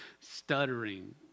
stuttering